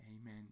amen